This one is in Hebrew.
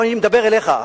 אבל אני מדבר אליך.